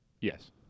Yes